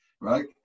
Right